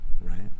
Right